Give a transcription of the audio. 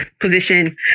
position